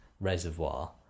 reservoir